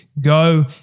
go